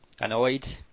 annoyed